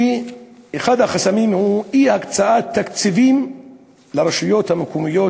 ואחד החסמים הוא אי-הקצאת תקציבים לרשויות המקומיות